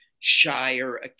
Shire